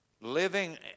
living